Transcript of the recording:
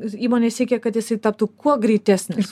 įmonės siekia kad jisai taptų kuo greitesnis